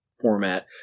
format